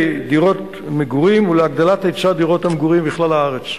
דירות מגורים ולהגדלת היצע דירות המגורים בכלל בארץ: